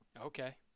Okay